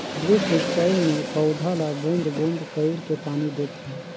drip सिंचई मे पउधा ल बूंद बूंद कईर के पानी देथे